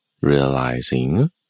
realizing